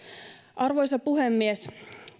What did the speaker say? arvoisa puhemies